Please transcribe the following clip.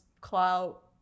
clout